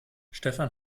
stefan